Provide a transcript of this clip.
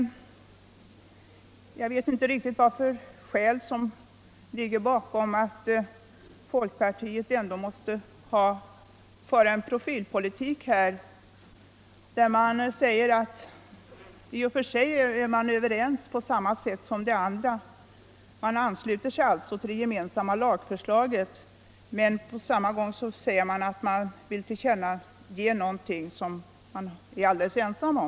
Men jag vet inte av vilka skäl folkpartiet ändå måste föra en egen profilpolitik, som innebär att folkpartiet visserligen är överens med de andra partierna om att ansluta sig till det gemensamma lagförslaget och till kännagivandet men på samma gång ändå vill tillkännage någonting som man är alldeles ensam om.